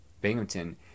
Binghamton